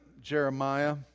Jeremiah